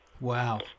Wow